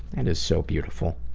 and is so beautiful.